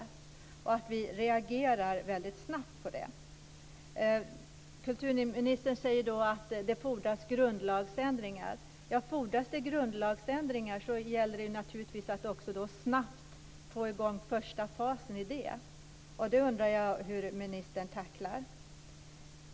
Det gäller att vi reagerar snabbt på det. Kulturministern säger att det fordras grundlagsändringar. Fordras det grundlagsändringar gäller det naturligtvis att också snabbt få i gång första fasen i det. Och då undrar jag hur ministern tacklar det.